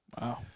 Wow